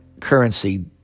currency